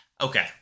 Okay